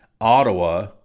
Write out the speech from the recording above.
Ottawa